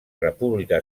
república